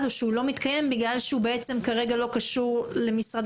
או שהוא לא מתקיים בגלל שהוא בעצם כרגע לא קשור למשרד